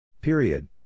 Period